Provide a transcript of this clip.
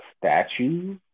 statue